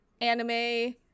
anime